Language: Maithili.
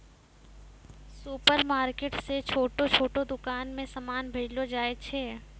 सुपरमार्केट से छोटो छोटो दुकान मे समान भेजलो जाय छै